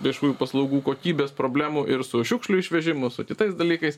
viešųjų paslaugų kokybės problemų ir su šiukšlių išvežimu su kitais dalykais